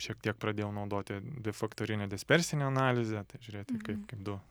šiek tiek pradėjau naudoti defaktorinę dispersinę analizę žiūrėti kaip kaip du